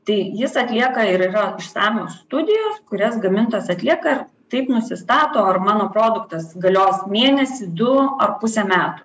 tai jis atlieka ir yra išsamios studijos kurias gamintojas atlieka taip nusistato ar mano produktas galios mėnesį du ar pusę metų